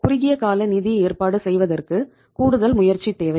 குறுகிய கால நிதி ஏற்பாடு செய்வதற்கு கூடுதல் முயற்சி தேவை